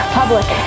public